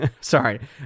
sorry